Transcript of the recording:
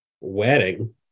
wedding